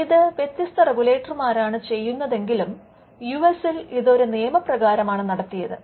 ഇത് വ്യത്യസ്ത റെഗുലേറ്റർമാരാണ് ചെയ്യുന്നതെങ്കിലും യുഎസിൽ ഇത് ഒരു നിയമപ്രകാരമാണ് നടത്തിയത്